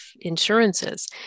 insurances